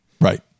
Right